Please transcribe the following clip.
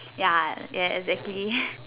ya ya exactly